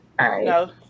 No